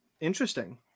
Interesting